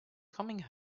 coming